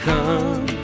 Come